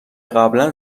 قبلا